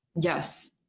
Yes